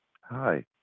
Hi